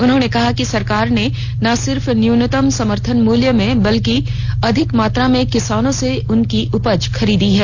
उन्होंने कहा कि सरकार ने न सिर्फ न्यूनतम समर्थन मूल्य में वृद्वि की बल्कि अधिक मात्रा में किसानों से उनकी उपज खरीदी है